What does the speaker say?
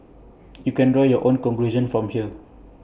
you can draw your own conclusion from here